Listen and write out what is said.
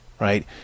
right